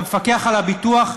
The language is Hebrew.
המפקח על הביטוח,